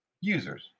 users